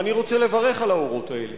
ואני רוצה לברך על האורות האלה.